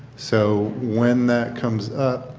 so when that comes up